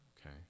Okay